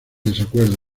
desacuerdo